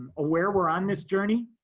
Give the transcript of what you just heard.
aware we're on this journey.